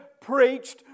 Preached